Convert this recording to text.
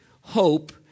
hope